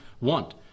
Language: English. want